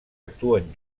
actuen